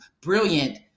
brilliant